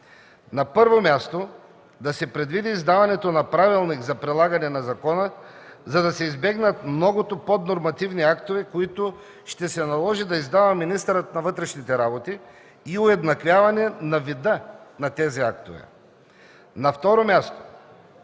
На първо място, да се предвиди издаването на Правилник за прилагане на закона, за да се избегнат многото поднормативни актове, които ще се наложи да издава министърът на вътрешните работи, и уеднаквяване на вида на тези актове. На второ място,